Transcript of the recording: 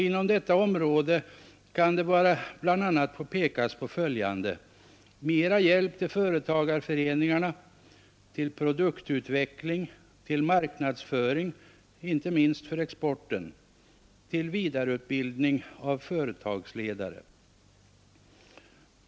Inom detta åtgärdsområde kan det bland annat pekas på följande: Mera hjälp till företagareföreningarna, till produktutveckling, till marknadsföring — inte minst för exporten — och till vidareutbildning av företagsledare.